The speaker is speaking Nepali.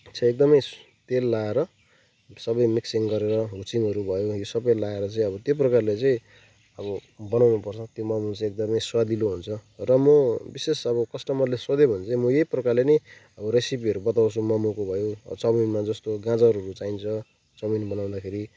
चाहिँ एकदमै तेल लाएर सबै मिक्सिङ गरेर हुचिङहरू भयो यी सबै लाएर चाहिँ अब त्यो प्रकारले चाहिँ अब बनाउनु पर्छ त्यो मोमो चाहिँ एकदमै स्वादिलो हुन्छ र म विशेष अब कस्टमरले सोध्यो भने चाहिँ म यही प्रकारले नै रेसिपीहरू बताउँछु मोमोको भयो चौमिनमा जस्तो गाजरहरू चाहिन्छ चौमिन बनाउँदाखेरि